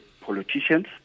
politicians